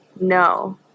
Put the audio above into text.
No